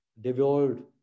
devolved